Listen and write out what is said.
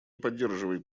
поддерживает